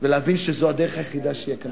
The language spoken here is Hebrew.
ולהבין שזו הדרך היחידה שיהיה כאן